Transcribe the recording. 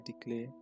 declare